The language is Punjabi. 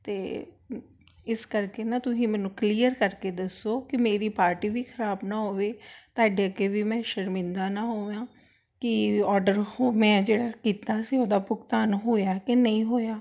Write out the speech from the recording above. ਅਤੇ ਇਸ ਕਰ ਕੇ ਨਾ ਤੁਸੀਂ ਮੈਨੂੰ ਕਲੀਅਰ ਕਰ ਕੇ ਦੱਸੋ ਕਿ ਮੇਰੀ ਪਾਰਟੀ ਵੀ ਖ਼ਰਾਬ ਨਾ ਹੋਵੇ ਤੁਹਾਡੇ ਅੱਗੇ ਵੀ ਮੈਂ ਸ਼ਰਮਿੰਦਾ ਨਾ ਹੋਵਾਂ ਕਿ ਔਡਰ ਹੋ ਮੈਂ ਜਿਹੜਾ ਕੀਤਾ ਸੀ ਉਹਦਾ ਭੁਗਤਾਨ ਹੋਇਆ ਕਿ ਨਹੀਂ ਹੋਇਆ